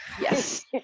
Yes